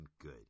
good